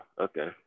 okay